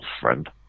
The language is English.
friend